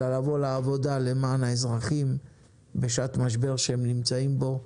אלא לבוא לעבודה למען האזרחים בשעת משבר שהם נמצאים בו,